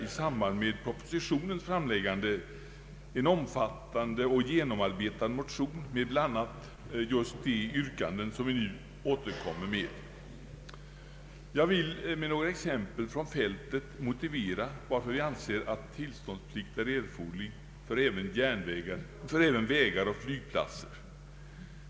I samband med propositionens framläggande väckte folkpartiet en omfattande och genomarbetad motion med bl.a. just de yrkanden, som vi nu åter för fram. Jag vill med några exempel från fältet motivera, varför vi anser att tillståndsplikt är erforderlig även för vägar och flygplatser.